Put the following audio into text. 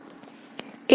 ఏమిటి